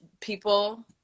people